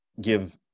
give